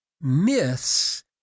myths